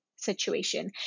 situation